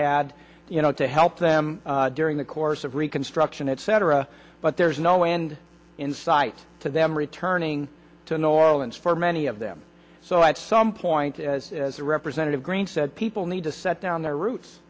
had you know to help them during the course of reconstruction etc but there's no end in sight to them returning to new orleans for many of them so i had some point as a representative green said people need to set down their roots